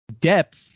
depth